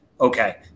Okay